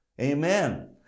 Amen